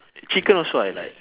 chicken also I like